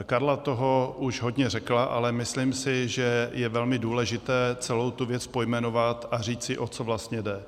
Karla toho už hodně řekla, ale myslím si, že je velmi důležité celou tu věc pojmenovat a říct si, o co vlastně jde.